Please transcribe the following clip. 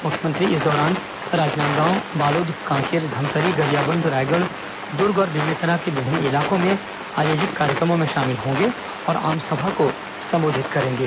मुख्यमंत्री इस दौरान राजनांदगांव बालोद कांकेर धमतरी गरियाबंद रायगढ़ दुर्ग और बेमेतरा के विभिन्न इलाकों में आयोजित कार्यक्रमों में शामिल होंगे और आमसभा को संबोधित करेंगे